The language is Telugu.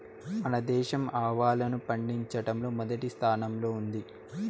మన దేశం ఆవాలను పండిచటంలో మొదటి స్థానం లో ఉంది